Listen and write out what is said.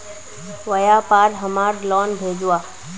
व्यापार हमार लोन भेजुआ?